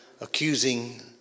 accusing